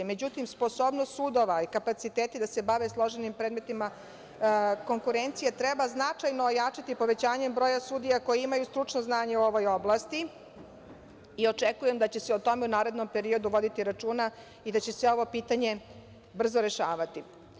Međutim, sposobnost sudova i kapaciteti da se bave složenim predmetima konkurencije treba značajno ojačati povećanje broja sudija koji imaju stručno znanje u ovoj oblasti i očekujem da će se o tome u narednom periodu voditi računa i da će se ovo pitanje brzo rešavati.